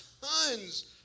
tons